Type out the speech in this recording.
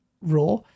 raw